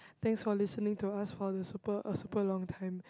thanks for listening to us for the super a super long time